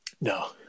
No